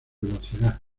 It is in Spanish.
velocidad